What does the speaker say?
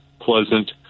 pleasant